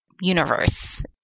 universe